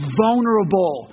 vulnerable